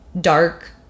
dark